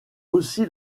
aussi